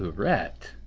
rhett.